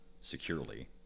securely